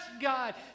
God